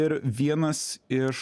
ir vienas iš